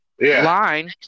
line